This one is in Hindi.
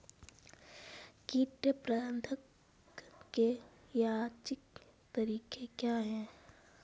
कीट प्रबंधक के यांत्रिक तरीके क्या हैं?